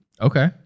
Okay